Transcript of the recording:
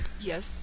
Yes